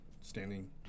standing